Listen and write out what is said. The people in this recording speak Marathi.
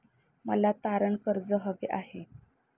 मला तारण कर्ज हवे आहे